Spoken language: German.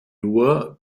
nur